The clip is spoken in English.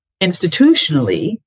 institutionally